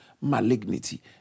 malignity